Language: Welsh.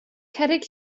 cerrig